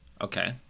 Okay